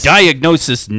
Diagnosis